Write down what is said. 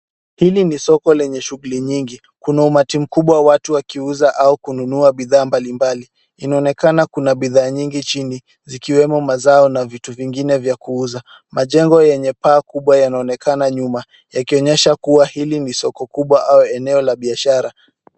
Hili ni soko lenye shughuli nyingi. Kuna umati mkubwa wa watu wakiuza au kununua bidhaa mbalimbali. Inaonekana kuna bidhaa nyingi chini zikiwemo mazao na vitu vingine vya kuuza. Majengo yenye paa kubwa yanaonekana nyuma. Yakionyesha kuwa hili ni soko kubwa au eneo la biashara.